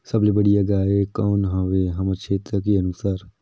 सबले बढ़िया गाय कौन हवे हमर क्षेत्र के अनुसार?